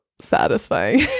satisfying